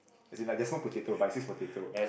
as in like there's no potato but it is potato